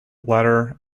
letter